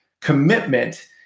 Commitment